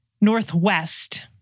northwest